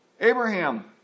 Abraham